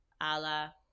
Allah